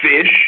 fish